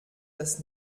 das